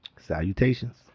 salutations